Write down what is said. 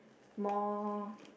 more